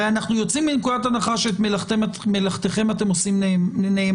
הרי אנחנו יוצאים מנקודת הנחה שאת מלאכתכם אתם עושים נאמנה,